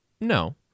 No